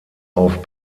auf